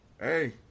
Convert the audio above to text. hey